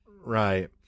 Right